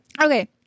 okay